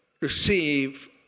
receive